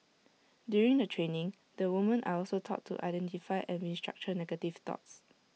during the training the woman are also taught to identify and restructure negative thoughts